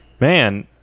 Man